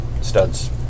studs